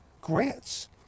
grants